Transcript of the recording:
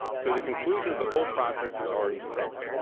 so the conclusion of the whole process was already set.